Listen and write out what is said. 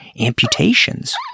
amputations